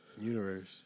universe